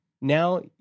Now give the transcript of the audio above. now